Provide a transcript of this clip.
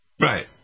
Right